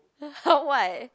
how what